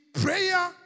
prayer